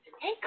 hey